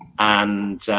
and